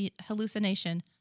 hallucination